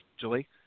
Julie